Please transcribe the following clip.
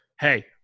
Hey